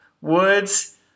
Woods